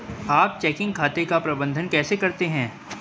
आप चेकिंग खाते का प्रबंधन कैसे करते हैं?